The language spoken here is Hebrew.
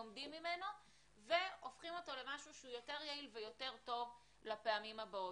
לומדים ממנו והופכים אותו למשהו שהוא יותר יעיל ויותר טוב לפעמים הבאות.